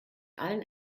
allen